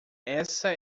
essa